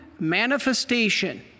manifestation